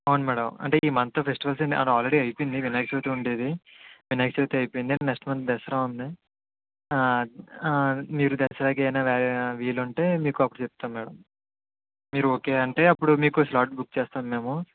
అవును మ్యాడమ్ అంటే ఈ మంత్ ఫెస్టివల్స్ అన్నీ ఆల్రెడీ అయిపోయింది వినాయక చవితి ఉండేది వినాయక చవితి అయిపోయింది అండ్ నెక్స్ట్ మంత్ దసరా ఉంది మీరు దసరాకి ఏమన్నా వీలుంటే మీకు అప్పుడు చెప్తాము మ్యాడమ్ మీరు ఓకే అంటే అప్పుడు మీకు స్లోట్ బుక్ చేస్తాం మేము